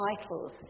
titles